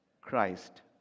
Christ